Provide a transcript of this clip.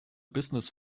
business